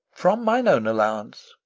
from mine own allowance.